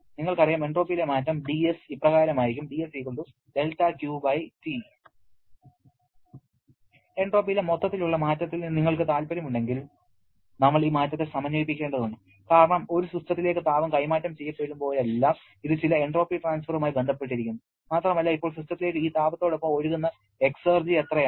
നിങ്ങൾക്കറിയാം എൻട്രോപ്പിയിലെ മാറ്റം dS ഇപ്രകാരമായിരിക്കും എൻട്രോപ്പിയിലെ മൊത്തത്തിലുള്ള മാറ്റത്തിൽ നിങ്ങൾക്ക് താൽപ്പര്യമുണ്ടെങ്കിൽ നമ്മൾ ഈ മാറ്റത്തെ സമന്വയിപ്പിക്കേണ്ടതുണ്ട് കാരണം ഒരു സിസ്റ്റത്തിലേക്ക് താപം കൈമാറ്റം ചെയ്യപ്പെടുമ്പോഴെല്ലാം ഇത് ചില എൻട്രോപ്പി ട്രാൻസ്ഫറുമായി ബന്ധപ്പെട്ടിരിക്കുന്നു മാത്രമല്ല ഇപ്പോൾ സിസ്റ്റത്തിലേക്ക് ഈ താപത്തോടൊപ്പം ഒഴുകുന്ന എക്സർജി എത്രയാണ്